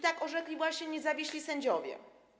Tak orzekli właśnie niezawiśli sędziowie.